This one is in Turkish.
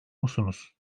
musunuz